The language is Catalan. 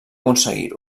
aconseguir